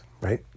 right